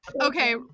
okay